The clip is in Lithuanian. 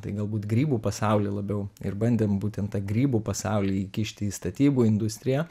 tai galbūt grybų pasaulį labiau ir bandėm būtent tą grybų pasaulį įkišti į statybų industriją